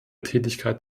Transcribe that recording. tätigkeit